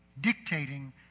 dictating